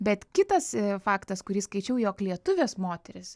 bet kitas faktas kurį skaičiau jog lietuvės moterys